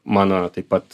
mano taip pat